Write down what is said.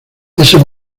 ese